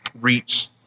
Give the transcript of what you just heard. reach